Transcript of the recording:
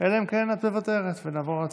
אלא אם כן את מוותרת ונעבור להצבעה.